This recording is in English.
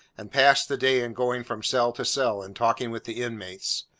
and passed the day in going from cell to cell, and talking with the inmates.